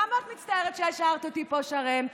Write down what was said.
כמה את מצטערת שהשארת אותי פה, שרן?